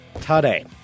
today